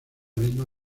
misma